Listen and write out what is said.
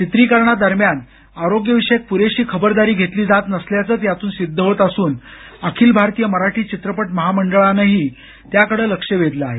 चित्रीकरणादरम्यान आरोग्यविषयक प्रेशी खबरदारी घेतली जात नसल्याचंच यातून सिद्ध होत असून अखिल भारतीय मराठी चित्रपट महामंडळानंही त्याकडं लक्ष वेधलं आहे